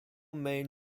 main